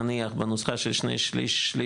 נניח בנוסחה של שני שליש/שליש,